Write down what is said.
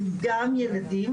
גם ילדים,